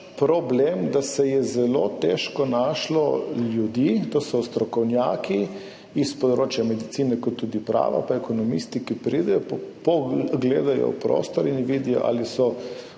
problem, da se je zelo težko našlo ljudi, to so strokovnjaki s področja medicine kot tudi prava, tudi ekonomisti, ki pridejo, pogledajo prostor in vidijo, ali so